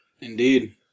Indeed